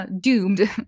doomed